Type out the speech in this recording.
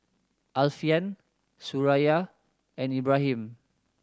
Alfian Suraya and Ibrahim